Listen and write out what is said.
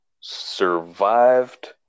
survived